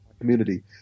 community